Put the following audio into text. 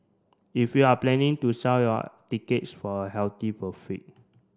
if you're planning to sell your tickets for a healthy profit